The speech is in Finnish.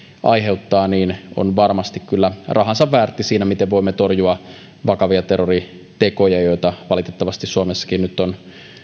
aiheuttaa on varmasti kyllä rahansa väärtti siinä miten voimme torjua vakavia terroritekoja valitettavasti suomessakin on